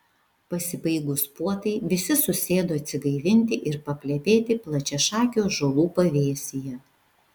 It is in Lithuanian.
pasibaigus puotai visi susėdo atsigaivinti ir paplepėti plačiašakių ąžuolų pavėsyje